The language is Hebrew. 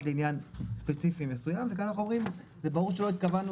לעניין ספציפי מסוים וכאן אנחנו אומרים שברור שלא התכוונו